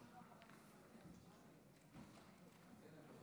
כבוד היושב-ראש,